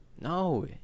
no